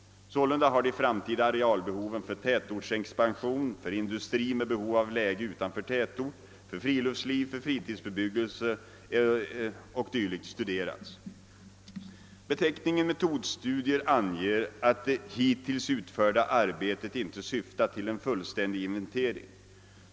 Sålunda har de framtida arealbehoven för tätortsexpansion, för industri med behov av läge utanför tätort, för friluftsliv, för fritidsbebyggelse e. d. studerats. Beteckningen metodstudier anger, att det hittills utförda arbetet inte syftat till en fullständig inventering.